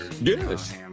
Yes